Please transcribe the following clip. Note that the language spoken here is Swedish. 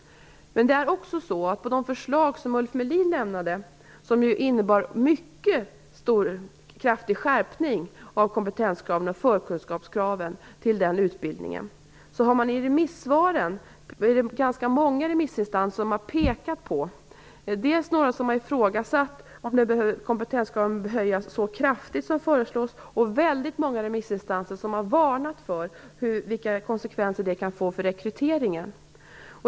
Men beträffande de förslag som Ulf Melin lämnat och som innebär en mycket kraftig skärpning av kompetens och förkunskapskraven för utbildningen i fråga är det ganska många remissinstanser som i remissvaren har ifrågasatt om kompetenskraven bör höjas så kraftigt som föreslås. Väldigt många remissinstanser har varnat för de konsekvenser som det kan få för rekryteringen.